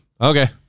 Okay